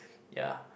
ya